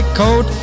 coat